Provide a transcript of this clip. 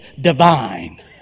divine